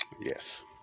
Yes